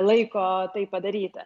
laiko tai padaryti